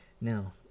Now